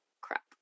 crap